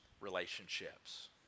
relationships